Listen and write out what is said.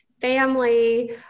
family